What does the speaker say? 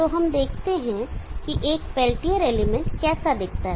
तो हम देखते हैं कि एक पेल्टियर एलिमेंट कैसा दिखता है